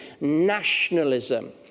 nationalism